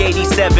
87